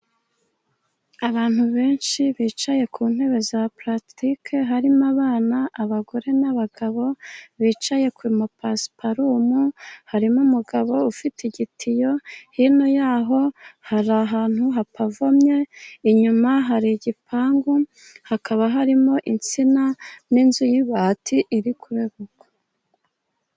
Abantu benshi, bicaye ku ntebe za parasitike, harimo abana, abagore, n'abagabo bicaye ku mapasiparumu harimo umugabo ufite igitiyo, hino yaho hari ahantu hapavomye, inyuma hari igipangu, hakaba harimo insina n'inzu y'ibati iri kuregukwa.